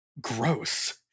gross